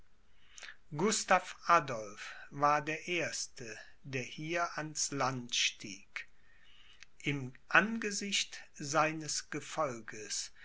gustav adolph war der erste der hier ans land stieg im angesicht seines gefolges